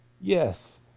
yes